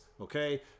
okay